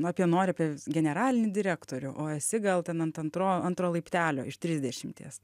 apie nori apie generalinį direktorių o esi gal ten ant antro antro laiptelio iš trisdešimties